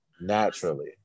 naturally